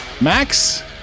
Max